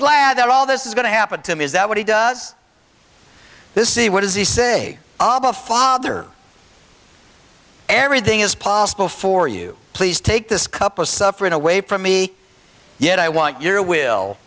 glad that all this is going to happen to him is that what he does this see what does he say aba father everything is possible for you please take this cup of suffering away from me yet i want your will